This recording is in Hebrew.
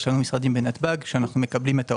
לנו משרדים בנתב"ג שאנו מקבלים את העולים.